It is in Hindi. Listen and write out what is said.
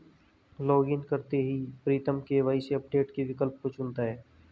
लॉगइन करते ही प्रीतम के.वाई.सी अपडेट के विकल्प को चुनता है